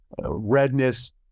redness